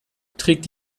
trägt